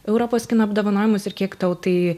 europos kino apdovanojimus ir kiek tau tai